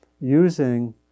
using